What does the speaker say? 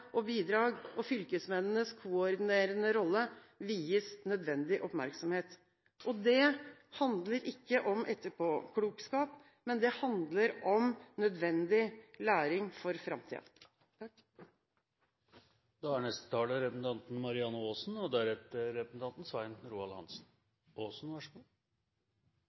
og bidrag og fylkesmennenes koordinerende rolle vies nødvendig oppmerksomhet. Det handler ikke om etterpåklokskap, det handler om nødvendig læring for framtiden. En stor del av debatten i dag har naturlig nok handlet om beredskap, krisehåndtering og